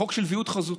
החוק של ויעוד חזותי.